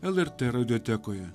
lrt radijotekoje